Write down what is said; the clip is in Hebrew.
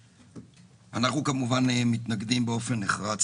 אנחנו כמובן מתנגדים באופן נחרץ